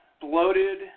bloated